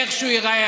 איך שהוא ייראה,